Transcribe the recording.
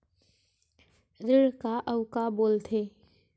ऋण का अउ का बोल थे?